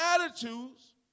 attitudes